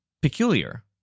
peculiar